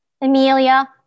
Amelia